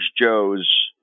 joes